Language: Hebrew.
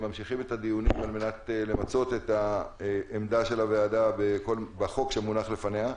אנחנו ממשיכים את הדיון על מנת למצות את עמדת הוועדה בחוק שמונח בפניה.